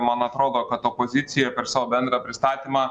man atrodo kad opozicija per savo bendrą pristatymą